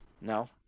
no